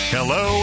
Hello